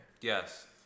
Yes